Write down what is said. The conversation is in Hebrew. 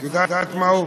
את יודעת מהו?